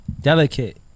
delicate